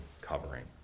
covering